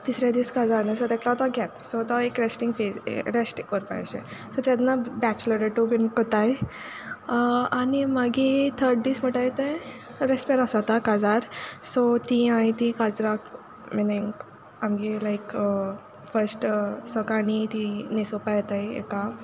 तिसरे दीस काजार न्ही सो तेक लागोन तो गॅप सो तो एक रेस्टिंग फेज रेस्ट कोरपा अेशें सो तेन्ना बॅचलरेटूय कोताय आनी मागी थर्ड दीस मुटाय ते रेस्पेर आसोता काजार सो तीं हांय तीं काजार मिनींग आमगे लायक फर्स्ट सोकाणीं तीं न्हेसोवपा येताय येका